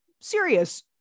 serious